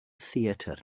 theatr